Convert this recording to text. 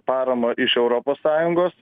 paramą iš europos sąjungos